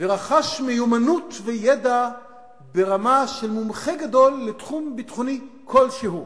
ורכש מיומנות וידע ברמה של מומחה גדול לתחום ביטחוני כלשהו,